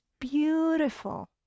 beautiful